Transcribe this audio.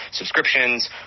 subscriptions